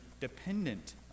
dependent